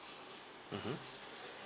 mmhmm